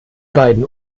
beiden